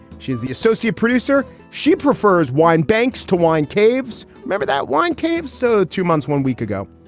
she's the associate producer. she prefers wine banks to wine caves. remember that wine cave? so two months, one week ago,